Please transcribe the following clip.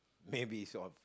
maybe so